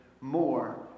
more